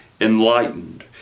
enlightened